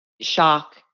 shock